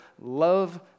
love